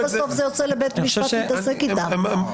אז כמה בסוף יוצא לבית המשפט להתעסק איתם?